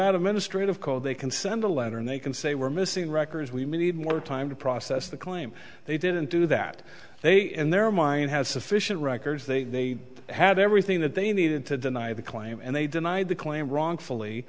nevada ministry of call they can send a letter and they can say we're missing records we need more time to process the claim they didn't do that they in their mind have sufficient records they had everything that they needed to deny the claim and they denied the claim wrongfully